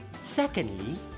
Secondly